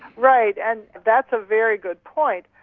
right, and that's a very good point.